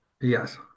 Yes